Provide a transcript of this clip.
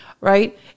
Right